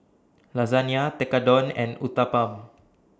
Lasagna Tekkadon and Uthapam